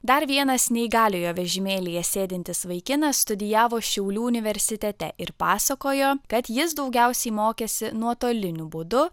dar vienas neįgaliojo vežimėlyje sėdintis vaikinas studijavo šiaulių universitete ir pasakojo kad jis daugiausiai mokėsi nuotoliniu būdu